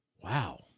Wow